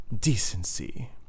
decency